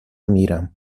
میرم